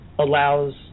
allows